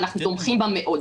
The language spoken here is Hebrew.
ואנחנו תומכים בה מאוד.